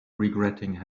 regretting